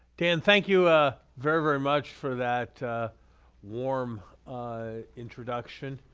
dan, thank you ah very, very much for that warm introduction.